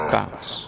Bounce